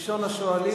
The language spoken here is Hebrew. ברשות יושב-ראש הישיבה,